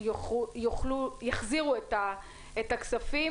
יחזירו בזמן את הכספים?